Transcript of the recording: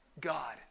God